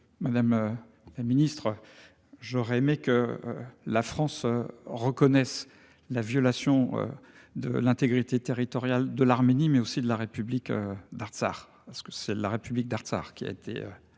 Madame. La Ministre. J'aurais aimé que la France reconnaisse la violation de l'intégrité territoriale de l'Arménie, mais aussi de la république d'Artsakh. Est-ce que c'est la République tartare qui a été attaqué